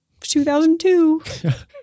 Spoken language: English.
2002